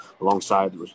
alongside